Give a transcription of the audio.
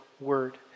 word